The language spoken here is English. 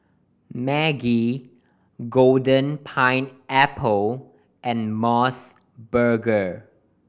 Maggi Golden Pineapple and Mos Burger